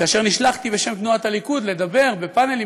כאשר נשלחתי בשם תנועת הליכוד לדבר בפאנלים,